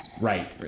right